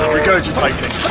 Regurgitating